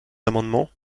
amendements